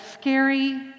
scary